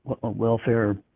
welfare